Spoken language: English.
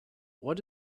what